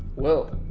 well,